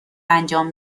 انجام